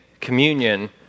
Communion